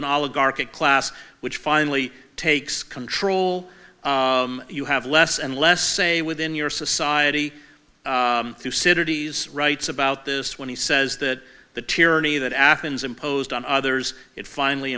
an oligarchy class which finally takes control you have less and less say within your society through cities writes about this when he says that the tyranny that athens imposed on others it finally